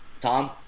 Tom